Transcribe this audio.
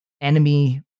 enemy